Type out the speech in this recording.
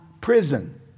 prison